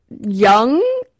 young